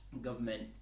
government